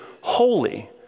holy